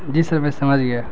جی sir میں سمجھ گیا